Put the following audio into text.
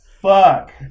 fuck